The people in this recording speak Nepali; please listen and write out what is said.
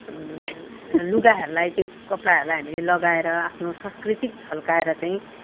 लुगाहरूलाई त्यो कपडाहरूलाई हामीले लगाएर आफ्नो संस्कृति झल्काएर चाहिँ